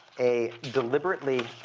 a deliberately